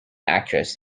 actress